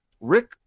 Rick